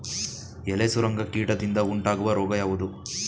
ಎಲೆ ಸುರಂಗ ಕೀಟದಿಂದ ಉಂಟಾಗುವ ರೋಗ ಯಾವುದು?